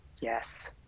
Yes